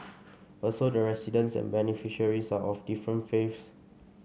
also the residents and beneficiaries are of different faiths